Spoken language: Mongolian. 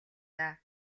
даа